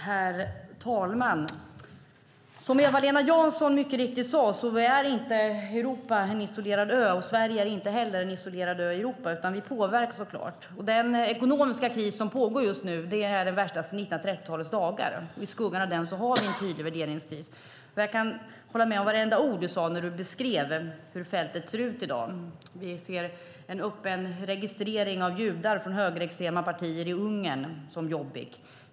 Herr talman! Som Eva-Lena Jansson mycket riktigt sade är inte Europa en isolerad ö, och Sverige är inte en isolerad ö i Europa, utan vi påverkas såklart. Den ekonomiska kris som pågår just nu är den värsta sedan 1930-talets dagar. I skuggan av den har vi en tydlig värderingskris. Jag kan hålla med om vartenda ord du sade när du beskrev hur fältet ser ut i dag. Vi ser en öppen registrering av judar från högerextrema partier i Ungern, som Jobbik.